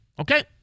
okay